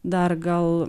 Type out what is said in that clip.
dar gal